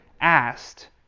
asked